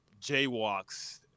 jaywalks